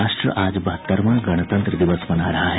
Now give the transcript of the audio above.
राष्ट्र आज बहत्तरवां गणतंत्र दिवस मना रहा है